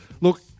look